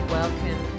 welcome